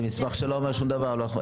זה מסמך שלא אומר שום דבר,